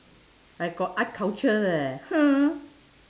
I got art culture leh !huh!